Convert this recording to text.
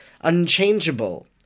unchangeable